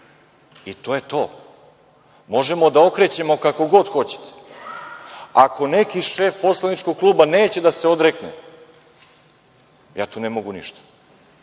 To je to. Možemo da okrećemo kako god hoćete, ako neki šef poslaničkog kluba neće da se odrekne, ja tu ne mogu ništa.